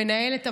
מנהלת הוועדה,